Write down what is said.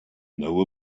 know